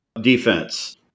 defense